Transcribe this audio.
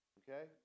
okay